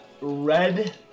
red